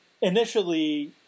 initially